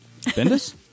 Bendis